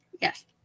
yes